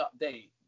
update